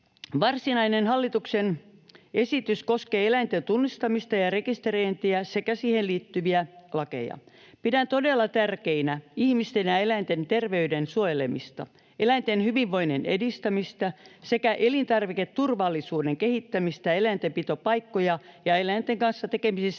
Varsinainen hallituksen esitys koskee eläinten tunnistamista ja rekisteröintiä sekä niihin liittyviä lakeja. Pidän todella tärkeinä ihmisten ja eläinten terveyden suojelemista, eläinten hyvinvoinnin edistämistä sekä elintarviketurvallisuuden kehittämistä eläintenpitopaikkojen ja eläinten kanssa tekemisissä